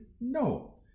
No